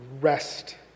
rest